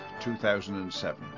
2007